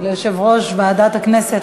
תודה רבה ליושב-ראש ועדת הכנסת,